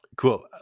Cool